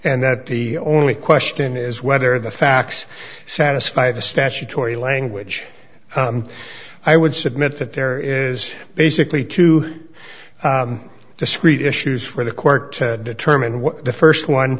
and that the only question is whether the facts satisfy the statutory language i would submit that there is basically two discrete issues for the court to determine what the st one